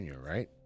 right